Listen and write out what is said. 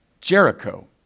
Jericho